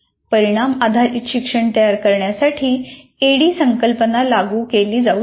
परिणाम आधारित शिक्षण तयार करण्यासाठी ही ऍडी संकल्पना लागू केली जाऊ शकते